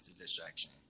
distraction